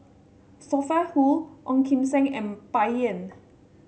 Sophia Hull Ong Kim Seng and Bai Yan